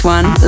one